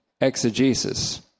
exegesis